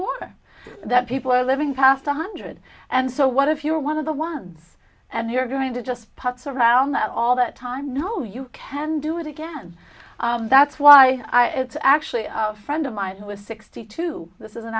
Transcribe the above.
more that people are living past one hundred and so what if you're one of the ones and you're going to just putz around that all the time no you can do it again that's why i it's actually a friend of mine who is sixty two this is an